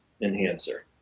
enhancer